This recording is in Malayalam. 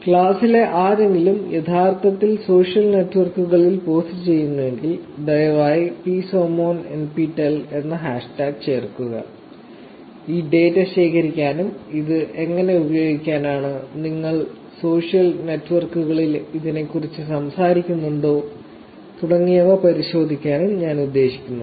ക്ലാസ്സിലെ ആരെങ്കിലും യഥാർത്ഥത്തിൽ സോഷ്യൽ നെറ്റ്വർക്കുകളിൽ പോസ്റ്റുചെയ്യുന്നുവെങ്കിൽ ദയവായി 'പിസൊമോൻഎൻപിടെൽ' എന്ന ഹാഷ്ടാഗ് ചേർക്കുക ഈ ഡാറ്റ ശേഖരിക്കാനും അത് എങ്ങനെ ഉപയോഗിക്കാനാണ് നിങ്ങൾ സോഷ്യൽ നെറ്റ്വർക്കുകളിൽ ഇതിനെക്കുറിച്ച് സംസാരിക്കുന്നുണ്ടോ തുടങ്ങിയവ പരിശോധിക്കാനും ഞാൻ ഉദ്ദേശിക്കുന്നു